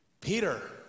Peter